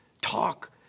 talk